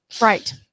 Right